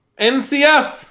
NCF